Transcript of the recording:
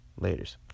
Laters